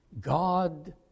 God